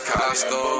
Costco